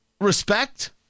respect